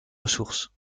ressources